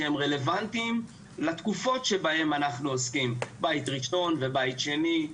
שהם רלוונטיים לתקופות שבהן אנחנו עוסקים בית ראשון ובית שני,